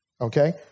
Okay